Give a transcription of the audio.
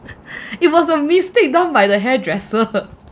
it was a mistake done by the hairdresser